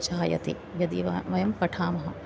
जायते यदि व वयं पठामः